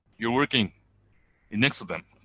you're working and next to them.